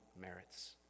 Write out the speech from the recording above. merits